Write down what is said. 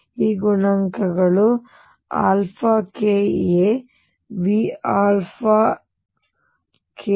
ಈ ಗುಣಾಂಕಗಳು k a V k a V k a ಮತ್ತು v